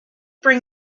bring